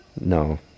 No